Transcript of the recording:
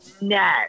no